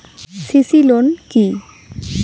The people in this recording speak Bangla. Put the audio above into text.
সি.সি লোন কি?